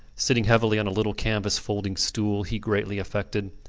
sitting heavily on a little canvas folding-stool he greatly affected.